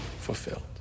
fulfilled